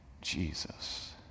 Jesus